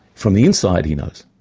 from the inside he knows.